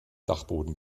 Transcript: dachboden